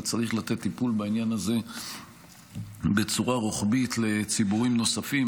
וצריך לתת טיפול בעניין הזה בצורה רוחבית לציבורים נוספים.